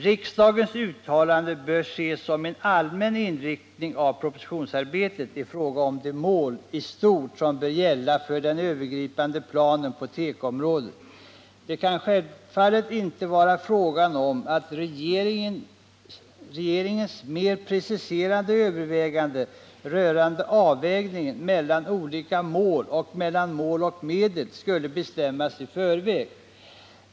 Riksdagens uttalande bör ses som en allmän inriktning av propositionsarbetet i fråga om de mål i stort som bör gälla för den övergripande planen på tekoområdet. Det kan självfallet inte vara fråga om att regeringens mer preciserade överväganden rörande avvägning mellan olika mål och mellan mål och medel skulle bestämmas i förväg.